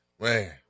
Man